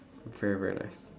very very nice